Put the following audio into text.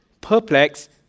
perplexed